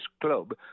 club